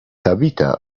tabitha